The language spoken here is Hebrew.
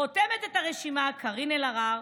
חותמת את הרשימה קארין אלהרר,